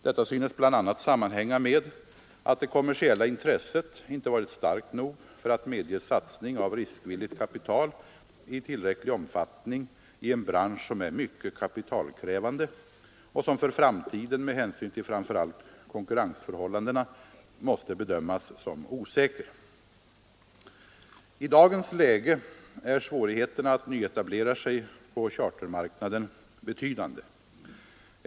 Detta synes bl.a. sammanhänga med att det kommersiella intresset inte varit starkt nog för att medge satsning av riskvilligt kapital i tillräcklig omfattning i en bransch som är mycket kapitalkrävande och som för framtiden, med hänsyn till framför allt konkurrensförhållandena, måste bedömas som osäker. I dagens läge är svårigheterna att nyetablera sig på chartermarknaden betydande.